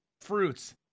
fruits